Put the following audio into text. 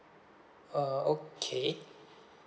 uh okay